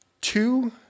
two